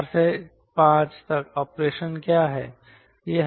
4 से 5 तक ऑपरेशन क्या है